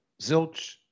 Zilch